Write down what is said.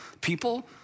people